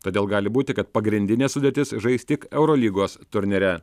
todėl gali būti kad pagrindinė sudėtis žais tik eurolygos turnyre